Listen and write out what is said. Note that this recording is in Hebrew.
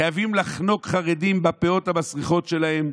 חייבים לחנוק חרדים בפאות המסריחות שלהם.